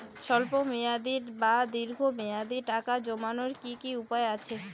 স্বল্প মেয়াদি বা দীর্ঘ মেয়াদি টাকা জমানোর কি কি উপায় আছে?